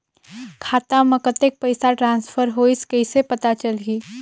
खाता म कतेक पइसा ट्रांसफर होईस कइसे पता चलही?